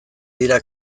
dira